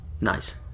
Nice